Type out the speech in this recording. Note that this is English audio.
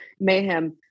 mayhem